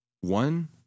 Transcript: One